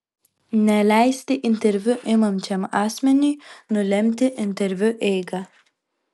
neleisti interviu imančiam asmeniui nulemti interviu eigą